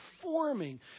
forming